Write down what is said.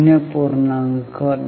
99 1